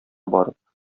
барып